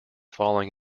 falling